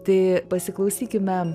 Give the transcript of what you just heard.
tai pasiklausykime